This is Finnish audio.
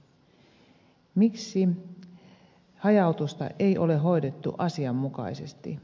miksi hajautusta ei ole hoidettu asianmukaisesti